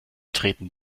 treten